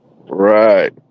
Right